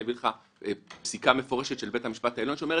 אני יכול לתת לך אפילו את המס' שלה.